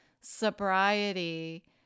sobriety